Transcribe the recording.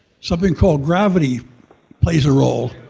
something called gravity plays a role,